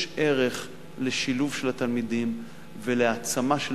יש ערך לשילוב של תלמידים ולהעצמה של